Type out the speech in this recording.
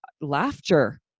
laughter